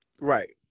Right